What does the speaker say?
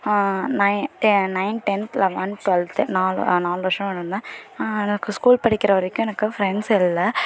nine ten nine tenth eleven twelfth நாலு நாலு வருஷம் இருந்தேன் எனக்கு ஸ்கூல் படிக்கிற வரைக்கும் எனக்கு ஃப்ரெண்ட்ஸ் இல்லை